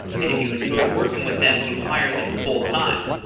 and if you enjoy working with them, you hire them fulltime.